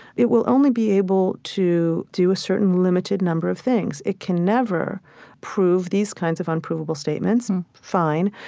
it will only be able to do a certain limited number of things. it can never prove these kinds of unprovable statements fine.